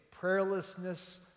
prayerlessness